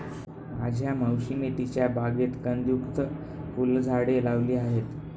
माझ्या मावशीने तिच्या बागेत कंदयुक्त फुलझाडे लावली आहेत